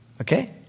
okay